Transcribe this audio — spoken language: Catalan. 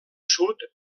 sud